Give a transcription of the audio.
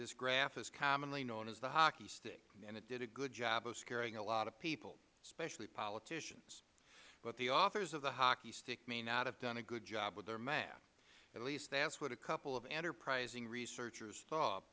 this graph is commonly known as the hockey stick and it did a good job of scaring a lot of people especially politicians but the authors of the hockey stick may not have done a good job with their math at least that is what a couple of enterprising researchers t